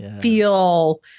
feel